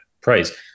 price